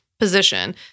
position